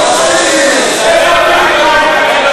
איפה ביבי?